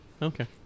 Okay